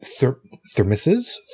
thermoses